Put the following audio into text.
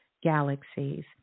galaxies